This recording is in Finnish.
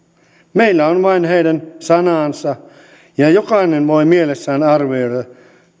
meillä on vain heidän sanansa ja jokainen voi mielessään arvioida